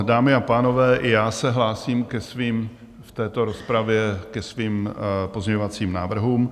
Dámy a pánové, i já se hlásím v této rozpravě ke svým pozměňovacím návrhům.